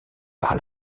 par